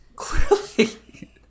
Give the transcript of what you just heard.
clearly